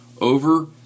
over